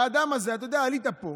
האדם הזה, אתה יודע, עלית לפה